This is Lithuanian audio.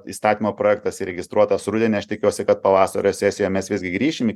įstatymo projektas įregistruotas rudenį aš tikiuosi kad pavasario sesijoj mes visgi grįšim į